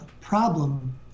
problem